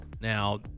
Now